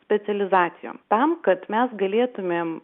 specializacijom tam kad mes galėtumėm